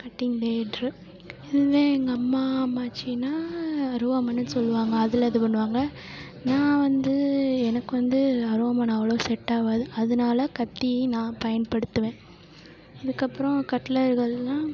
cutting ப்ளேட்ரு இதுவே எங்கள் அம்மா அம்மாச்சினால் அருவாள்மணைனு சொல்லுவாங்க அதில் இது பண்ணுவாங்க நான் வந்து எனக்கு வந்து அருவாள்மணை அவ்வளோவா செட் ஆவாது அதனால கத்தி நான் பயன்படுத்துவேன் இதுக்கப்புறம் கட்லர்கள்லாம்